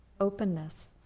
openness